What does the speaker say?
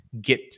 get